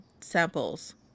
samples